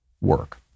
work